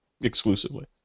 exclusively